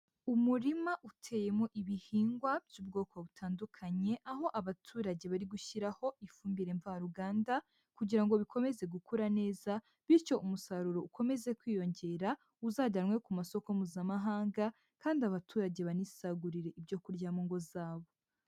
Umurima uteyemo ibihingwa by'ubwoko butandukanye, aho abaturage bari gushyiraho ifumbire mvaruganda kugira ngo bikomeze gukura neza, bityo umusaruro ukomeze kwiyongera, uzajyanwe ku masoko mpuzamahanga kandi abaturage banisagurire ibyo kurya mu ngo zabo.